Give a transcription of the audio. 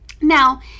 Now